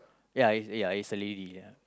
ya it's ya is a lady ya